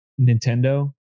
Nintendo